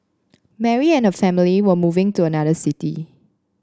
Mary and her family were moving to another city